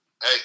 hey